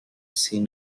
seen